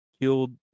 killed